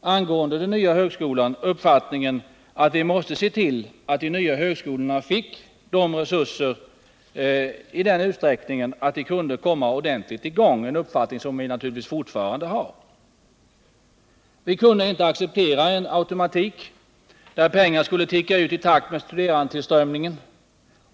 angående den nya högskolan den uppfattningen att vi måste se till att de nya högskolorna fick resurser i den utsträckning att de kunde komma i gång ordentligt; en uppfattning som vi naturligtvis fortfarande har. Vi kunde inte acceptera en automatik, där pengar skulle ticka ut i takt med studerandetillströmningen.